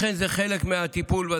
לכן זה חלק מהטיפול.